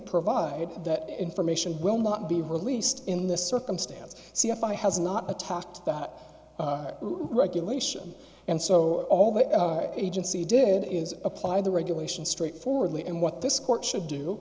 provide that information will not be released in this circumstance c f i has not attacked that regulation and so all the agency did is apply the regulation straightforwardly and what this court should do